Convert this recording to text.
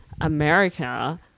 America